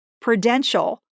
Prudential